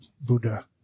Buddha